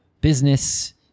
business